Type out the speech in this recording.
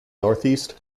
northeast